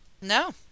No